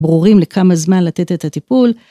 ברורים לכמה זמן לתת את הטיפול.